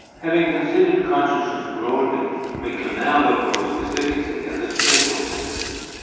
having considered consciousness broadly, we can now look more specifically at the special senses,